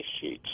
sheets